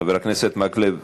חבר הכנסת מקלב,